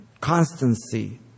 constancy